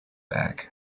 bag